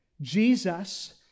Jesus